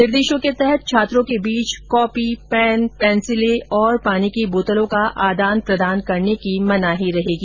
निर्देशों के तहत छात्रों के बीच कॉपी पैन पेंसिलें पानी की बोतलों का आदान प्रदान करने की मनाही रहेगी